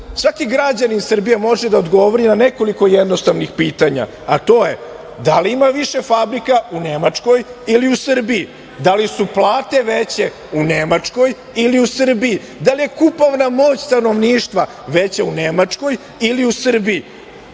svaki građanin Srbije može da odgovori na nekoliko jednostavnih pitanja, a o je da li ima više fabrika u Nemačkoj ili u Srbiji, da li su plate veće u Nemačkoj ili Srbiji, da li je kupovna moć stanovništva veća u Nemačkoj ili u Srbiji?